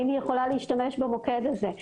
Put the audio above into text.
האם יכולה להשתמש במוקד הזה?